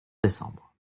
décembre